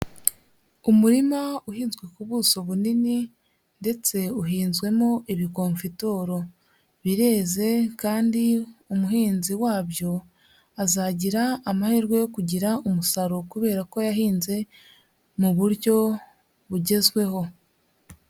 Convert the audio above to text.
Umurima uhinzwe ku buso bunini ndetse uhinzwemo ibikonfitoro, bireze kandi umuhinzi wabyo azagira amahirwe yo kugira umusaruro kubera ko yahinze mu buryo bugezweho.